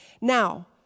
Now